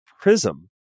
prism